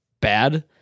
bad